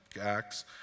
Acts